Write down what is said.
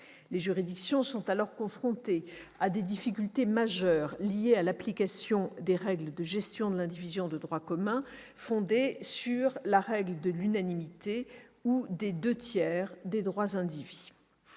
Les juridictions sont alors confrontées à des difficultés majeures, liées à l'application des règles de gestion de l'indivision de droit commun fondées sur la règle de l'unanimité ou des deux tiers des droits indivis.